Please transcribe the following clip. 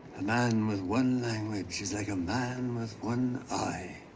man with one language is like a man with one eye.